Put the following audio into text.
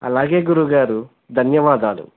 అలాగే గురువుగారు ధన్యవాదాలు